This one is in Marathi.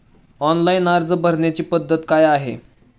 ऑनलाइन अर्ज भरण्याची पद्धत काय आहे?